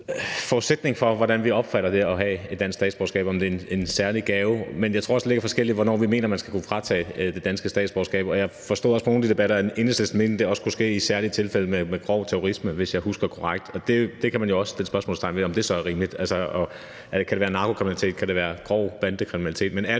forudsætning for, hvordan vi opfatter det at have et dansk statsborgerskab, i forhold til om det er en særlig gave. Men jeg tror også, der ligger noget forskelligt i forhold til, hvornår vi mener man skal kunne fratages det danske statsborgerskab. Og jeg forstod også på nogle af de debatter, at Enhedslisten mente, at det også kunne ske i særlige tilfælde med grov terrorisme, hvis jeg husker korrekt. Og det kan man jo også sætte spørgsmålstegn ved om så er rimeligt. Altså, kan det være narkokriminalitet, kan det være grov bandekriminalitet?